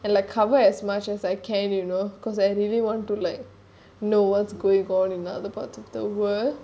and like cover as much as I can you know cause I really want to like know what's going on in other parts of the world